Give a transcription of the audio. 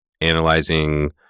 analyzing